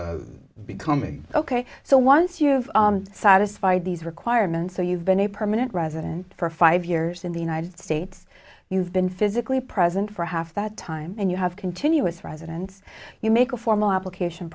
becoming ok so once you've satisfied these requirements so you've been a permanent resident for five years in the united states you've been physically present for half that time and you have continuous residence you make a formal application